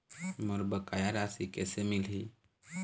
मोर बकाया राशि कैसे मिलही?